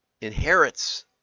inherits